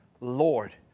Lord